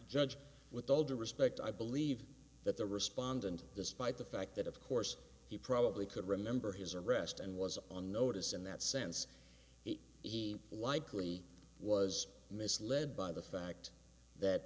judge with all due respect i believe that the respondent despite the fact that of course he probably could remember his arrest and was on notice in that sense he likely was misled by the fact that